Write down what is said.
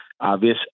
obvious